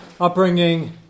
upbringing